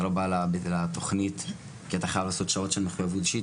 אתה לא בא לתכנית כי אתה חייב לעשות שעות של מחוייבות אישית.